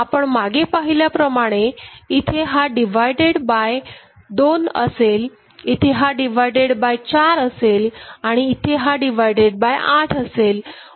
आपण मागे पाहिल्याप्रमाणे इथे हा डिवाइडेड बाय 2 असेल इथे हा डिवाइडेड बाय 4 असेल आणि इथे हा डिवाइडेड बाय 8 असेल